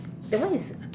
that one is